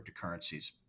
cryptocurrencies